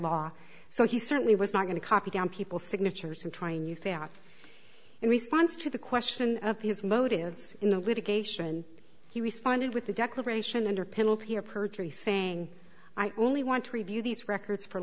law so he certainly was not going to copy down people signatures and try and use that in response to the question of his motives in the litigation he responded with the declaration under penalty of perjury saying i only want to review these records for